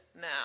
now